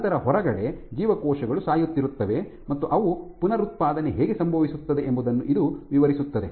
ನಂತರ ಹೊರಗಡೆ ಜೀವಕೋಶಗಳು ಸಾಯುತ್ತಿರುತ್ತವೆ ಮತ್ತು ಅವು ಪುನರುತ್ಪಾದನೆ ಹೇಗೆ ಸಂಭವಿಸುತ್ತದೆ ಎಂಬುದನ್ನು ಇದು ವಿವರಿಸುತ್ತದೆ